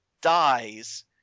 dies